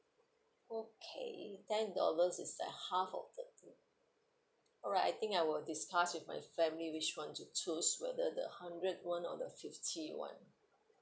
okay ten dollars is like half of the alright I think I will discuss with my family which one to choose whether the hundred [one] or the fifty [one]